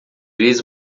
vezes